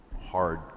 hard